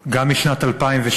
גם משנת 2012,